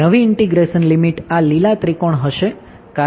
નવી integration limit કર્યું છે